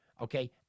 Okay